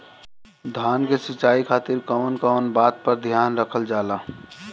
धान के सिंचाई खातिर कवन कवन बात पर ध्यान रखल जा ला?